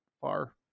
far